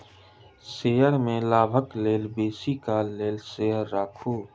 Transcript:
share में लाभक लेल बेसी काल लेल शेयर राखू